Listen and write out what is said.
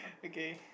okay